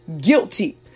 guilty